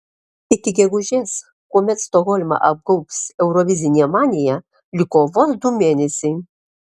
iki gegužės kuomet stokholmą apgaubs eurovizinė manija liko vos du mėnesiai